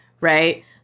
right